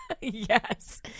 Yes